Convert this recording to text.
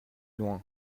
loin